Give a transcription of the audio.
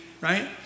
Right